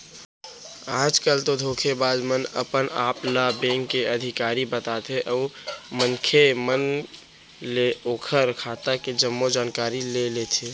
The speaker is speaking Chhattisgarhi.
आज कल तो धोखेबाज मन अपन आप ल बेंक के अधिकारी बताथे अउ मनखे मन ले ओखर खाता के जम्मो जानकारी ले लेथे